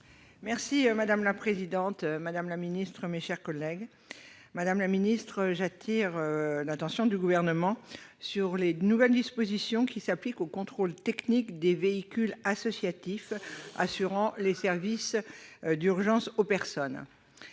ministre de la transition écologique et solidaire. Madame la ministre, j'attire l'attention du Gouvernement sur les nouvelles dispositions qui s'appliquent au contrôle technique des véhicules associatifs assurant les services d'urgence aux personnes.